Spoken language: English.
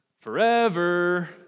Forever